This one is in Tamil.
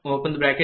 10